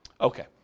Okay